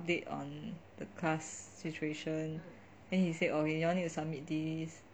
update on the class situation then he said oh you all need to submit this